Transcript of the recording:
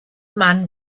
man